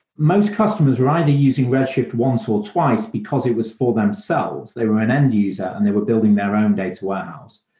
most customers were either using red shift once or twice because it was for themselves. they were an end user and they were building their own data warehouse,